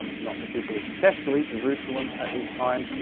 um not particularly successfully, jerusalem, at this time.